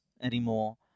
anymore